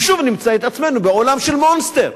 ושוב נמצא את עצמנו בעולם של "מונסטר"?